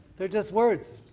they're just words.